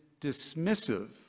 dismissive